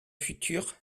futur